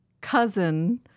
cousin